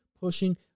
pushing